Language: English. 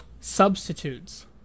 substitutes